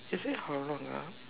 she said how long ah